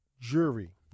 jury